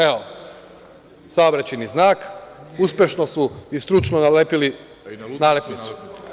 Evo, saobraćajni znak, uspešno su i stručno nalepili nalepnicu.